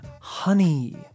honey